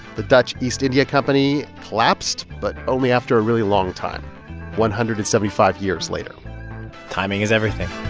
the dutch east india company collapsed, but only after a really long time one hundred and seventy five years later timing is everything